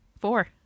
Four